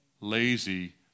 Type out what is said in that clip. lazy